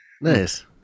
nice